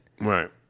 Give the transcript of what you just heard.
right